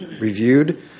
reviewed